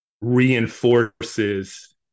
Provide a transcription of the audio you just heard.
reinforces